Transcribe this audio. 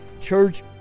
Church